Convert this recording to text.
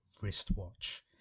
wristwatch